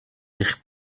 eich